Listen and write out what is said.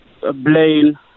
Blaine